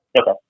Okay